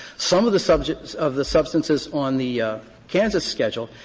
some of the subjects of the substances on the kansas schedule,